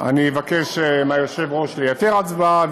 אני אבקש מהיושב-ראש לייתר הצבעה,